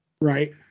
Right